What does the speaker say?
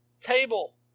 table